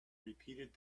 repeated